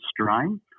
strain